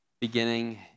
Beginning